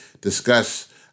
discuss